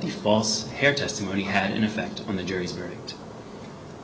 the false hair testimony had an effect on the jury's verdict